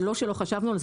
זה לא שלא חשבנו על זה.